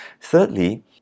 Thirdly